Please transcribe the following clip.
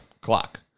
clock